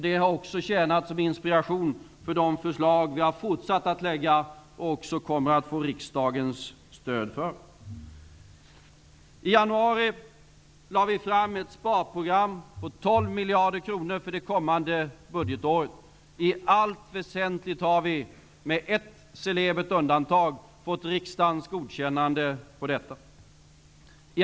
De har också tjänat som inspiration för de förslag som vi har fortsatt att lägga fram och kommer att få riksdagens stöd för. I januari lade vi fram ett sparprogram på 12 miljarder kronor för det kommande budgetåret. I allt väsentligt har vi, med ett celebert undantag, fått riksdagens godkännande för dessa förslag.